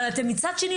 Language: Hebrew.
אבל מצד שני,